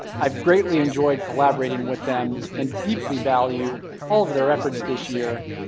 i've greatly enjoyed collaborating with them and deeply value all of their efforts this year,